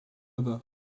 bas